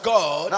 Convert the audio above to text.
God